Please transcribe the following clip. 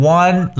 one